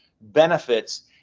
benefits